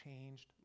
changed